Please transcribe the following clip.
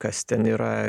kas ten yra